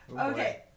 Okay